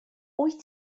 wyt